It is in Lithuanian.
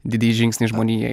didįjį žingsnį žmonijai